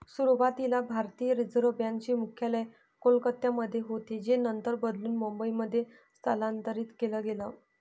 सुरुवातीला भारतीय reserve bank चे मुख्यालय कोलकत्यामध्ये होतं जे नंतर बदलून मुंबईमध्ये स्थलांतरीत केलं गेलं